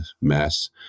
mass